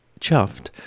chuffed